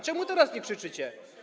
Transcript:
Czemu teraz nie krzyczycie?